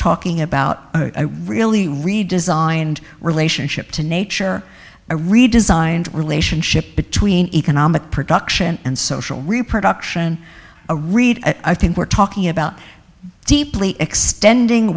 talking about a really redesigned relationship to nature a redesigned relationship between economic production and social reproduction a read i think we're talking about deeply extending